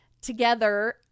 together